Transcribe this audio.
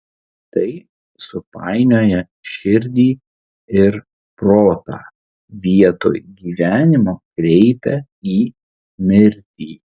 tai supainioja širdį ir protą vietoj gyvenimo kreipia į mirtį